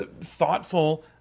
thoughtful